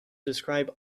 describe